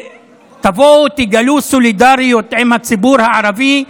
תבואו ותגלו סולידריות עם הציבור הערבי.